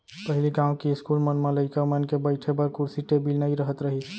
पहिली गॉंव के इस्कूल मन म लइका मन के बइठे बर कुरसी टेबिल नइ रहत रहिस